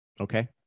Okay